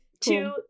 two